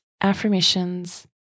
affirmations